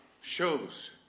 shows